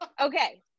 Okay